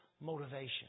motivation